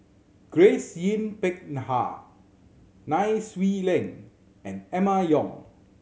Grace Yin Peck Ha Nai Swee Leng and Emma Yong